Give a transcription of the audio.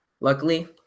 Luckily